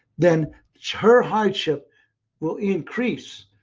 then her hardship will increase.